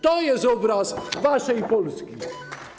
To jest obraz waszej Polski.